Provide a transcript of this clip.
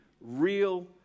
real